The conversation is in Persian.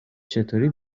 چطوری